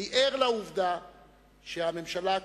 אני ער לעובדה שהממשלה הקודמת,